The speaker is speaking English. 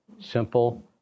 simple